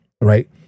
Right